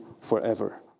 forever